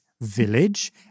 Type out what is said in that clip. village